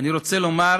אני רוצה לומר